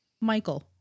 michael